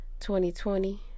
2020